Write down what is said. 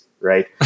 right